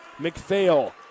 McPhail